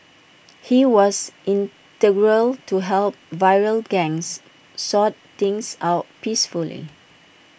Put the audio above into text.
he was integral to help rival gangs sort things out peacefully